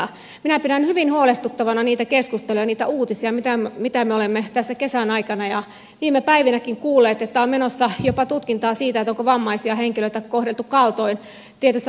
minä pidän hyvin huolestuttavana niitä keskusteluja ja niitä uutisia mitä me olemme tässä kesän aikana ja viime päivinäkin kuulleet että on menossa jopa tutkintaa siitä onko vammaisia henkilöitä kohdeltu kaltoin tietyssä hoivalaitoksessa